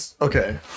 okay